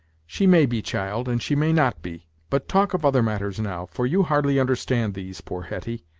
she may be, child, and she may not be. but talk of other matters now, for you hardly understand these, poor hetty.